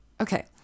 okay